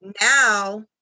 Now